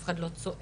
אף אחד לא צועק,